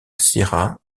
sierra